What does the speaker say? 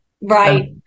right